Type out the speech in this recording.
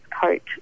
coat